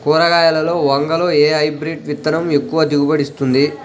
కూరగాయలలో వంగలో ఏ హైబ్రిడ్ విత్తనం ఎక్కువ దిగుబడిని ఇస్తుంది?